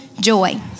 joy